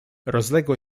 rozległo